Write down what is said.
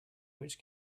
which